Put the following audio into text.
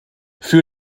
für